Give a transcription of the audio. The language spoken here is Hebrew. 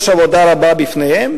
יש עבודה רבה בפניהם,